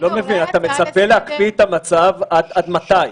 אני לא מבין, אתה מצפה להקפיא את מצב, עד מתי?